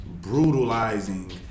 brutalizing